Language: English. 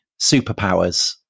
superpowers